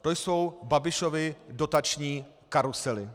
To jsou Babišovy dotační karusely.